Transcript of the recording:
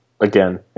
again